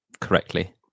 correctly